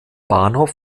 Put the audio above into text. bahnhof